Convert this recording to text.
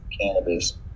cannabis